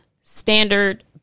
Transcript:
standard